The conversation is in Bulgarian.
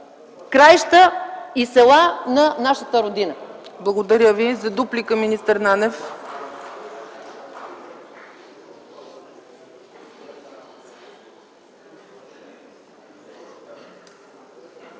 краища и села на нашата Родина.